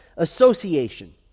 Association